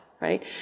right